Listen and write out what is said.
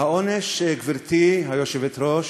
והעונש, גברתי היושבת-ראש,